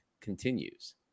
continues